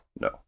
No